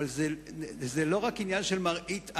זה לא רק עניין של מראית,